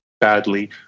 badly